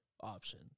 option